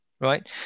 right